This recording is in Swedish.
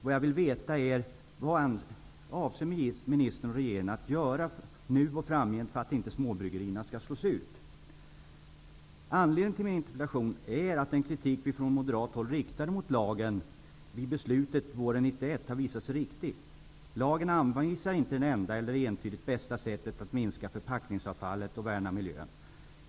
Anledningen till min interpellation är att den kritik vi från moderat håll riktade mot lagen vid beslutet våren 1991 har visat sig vara riktig. Lagen anvisar inte det enda eller det entydigt bästa sättet att minska förpackningsavfallet och värna miljön.